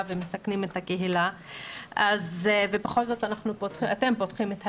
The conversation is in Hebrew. ומסכנים את הקהילה ובכל זאת אתם פותחים את הגנים,